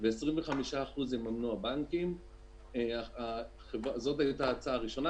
ו-25% יממנו הבנקים, זאת היתה ההצעה הראשונה.